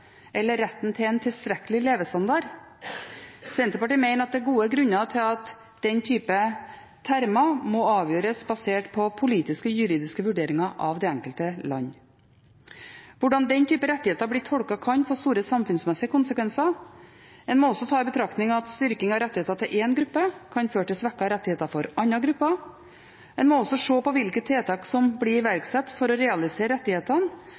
eller retten til en tilstrekkelig levestandard? Senterpartiet mener at det er gode grunner til at den type termer må avgjøres basert på politiske og juridiske vurderinger av de enkelte land. Hvordan den type rettigheter blir tolket, kan få store samfunnsmessige konsekvenser. En må også ta i betraktning at styrking av rettigheter til én gruppe kan føre til svekkede rettigheter for andre grupper. En må også se på hvilke tiltak som blir iverksatt for å realisere rettighetene,